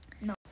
No